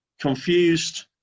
Confused